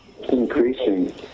Increasing